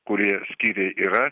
kurie skyriai yra